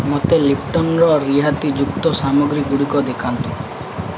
ମୋତେ ଲିପ୍ଟନର ରିହାତିଯୁକ୍ତ ସାମଗ୍ରୀ ଗୁଡ଼ିକ ଦେଖାନ୍ତୁ